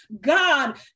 God